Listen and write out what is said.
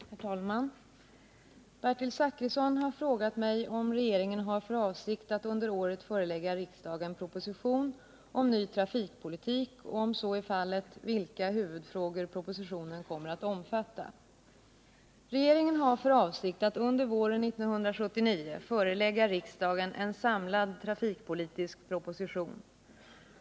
Herr talman! Bertil Zachrisson har frågat mig om regeringen har för avsikt att under året förelägga riksdagen proposition om ny trafikpolitik och, om så är fallet, vilka huvudfrågor propositionen kommer att omfatta. Regeringen har för avsikt att under våren 1979 förelägga riksdagen en samlad trafikpolitisk proposition.